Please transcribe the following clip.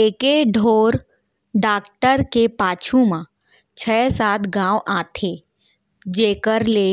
एके ढोर डॉक्टर के पाछू म छै सात गॉंव आथे जेकर ले